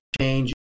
change